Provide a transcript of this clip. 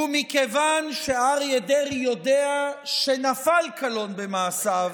ומכיוון שאריה דרעי יודע שנפל קלון במעשיו,